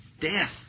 death